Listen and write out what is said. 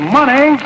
money